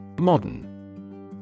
Modern